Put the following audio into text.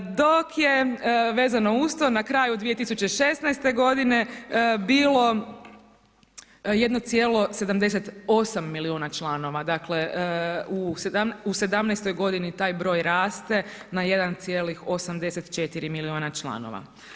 Dok je vezano uz to na kraju 2016. godine bilo 1,78 milijuna članova, dakle u '17. godini taj broj raste na 1,84 milijuna članova.